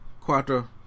Quattro